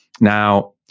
Now